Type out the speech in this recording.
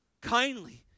kindly